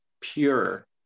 pure